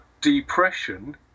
depression